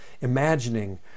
imagining